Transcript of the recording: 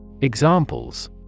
Examples